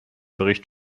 bericht